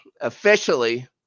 officially